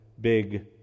big